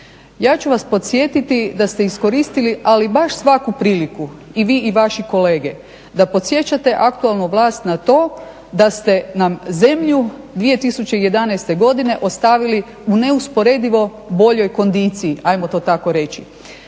Ja ću vas podsjetiti da ste iskoristili ama baš svaku priliku i vi i vaši kolege da podsjećate aktualnu vlast na to da ste nam zemlju 2011.godine ostavili u neusporedivo boljoj kondiciji, ajmo to tako reći.